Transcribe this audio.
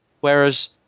Whereas